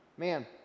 Man